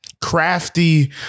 crafty